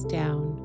down